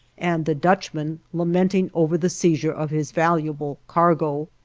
and the dutchman lamenting over the seizure of his valuable cargo.